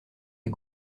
les